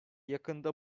yakında